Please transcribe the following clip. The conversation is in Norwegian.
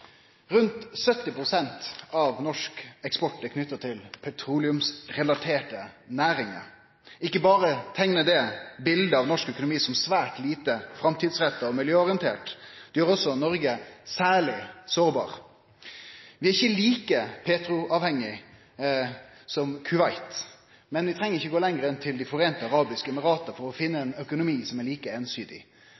Rundt 70 pst. av norsk eksport er knytt til petroleumsrelaterte næringar. Ikkje berre teiknar det eit bilde av norsk økonomi som svært lite framtidsretta og miljøorientert, det gjer også Noreg særleg sårbart. Vi er ikkje like petroavhengige som Kuwait, men vi treng ikkje å gå lenger enn til Dei sameinte arabiske emirata for å finne